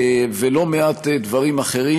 ולא מעט דברים אחרים.